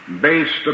based